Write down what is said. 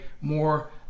more